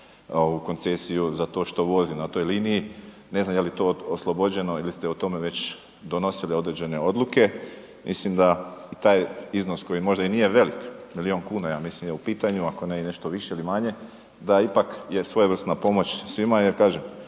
ovu koncesiju zato što vozi na toj liniji, ne znam je li to oslobođeno ili ste o tome već donosili određene odluke, mislim da i taj iznos koji možda i nije velik, milijun kuna ja mislim je u pitanju ako ne i nešto više ili manje, da ipak je svojevrsna pomoć svima jer kažem,